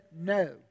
no